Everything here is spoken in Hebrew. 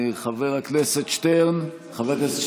חבר הכנסת שטרן.